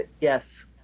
Yes